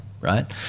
right